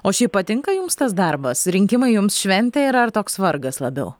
o šiaip patinka jums tas darbas rinkimai jums šventė yra ar toks vargas labiau